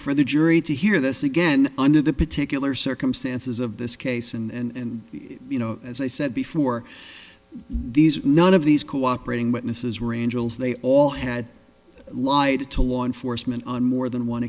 for the jury to hear this again under the particular circumstances of this case and you know as i said before these none of these cooperating witnesses were angels they all had lied to law enforcement on more than one